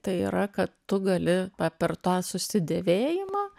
tai yra kad tu gali pa per tą susidėvėjimą